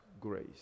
grace